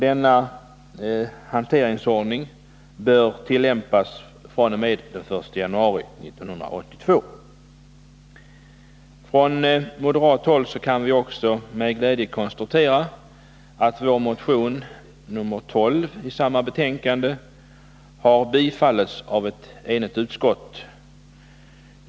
Denna ordning bör tillämpas fr.o.m. den 1 januari 1982. Från moderat håll kan vi också med glädje konstatera att vår motion nr 12, som behandlas i samma betänkande, har tillstyrkts av ett enigt utskott.